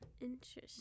Interesting